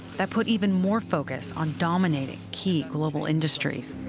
that put even more focus on dominating key global industries.